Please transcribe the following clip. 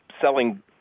selling